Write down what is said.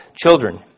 Children